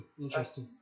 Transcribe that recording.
interesting